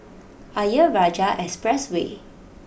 Ayer Rajah Expressway